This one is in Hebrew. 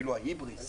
אפילו ההיבריס,